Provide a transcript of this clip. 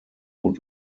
und